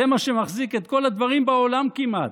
זה מה שמחזיק את כל הדברים בעולם כמעט.